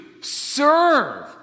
serve